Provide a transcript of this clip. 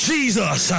Jesus